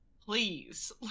please